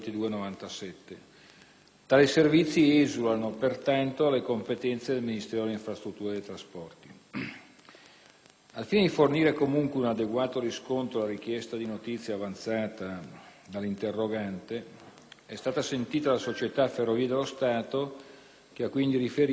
Tali servizi esulano, pertanto, dalle competenze del Ministero delle infrastrutture e dei trasporti. Al fine di fornire comunque un adeguato riscontro alla richiesta di notizie avanzata dall'interrogante, è stata sentita la società Ferrovie dello Stato che ha quindi riferito quanto segue.